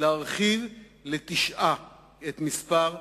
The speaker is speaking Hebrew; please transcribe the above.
להגדיל לתשעה את מספר הסגנים.